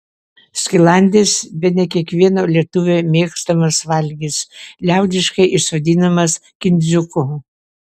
skilandis bene kiekvieno lietuvio mėgstamas valgis liaudiškai jis vadinamas kindziuku